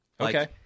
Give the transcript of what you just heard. Okay